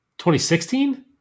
2016